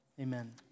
Amen